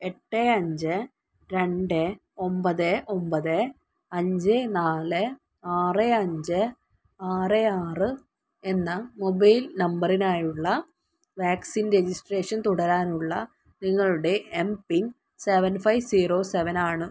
എട്ട് അഞ്ച് രണ്ട് ഒൻപത് ഒൻപത് അഞ്ച് നാല് ആറ് അഞ്ച് ആറ് ആറ് എന്ന മൊബൈൽ നമ്പറിനായുള്ള വാക്സിൻ രജിസ്ട്രേഷൻ തുടരാനുള്ള നിങ്ങളുടെ M PIN seven five zero seven ആണ്